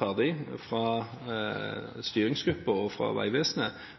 ferdig fra styringsgruppen og fra Vegvesenet.